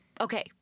okay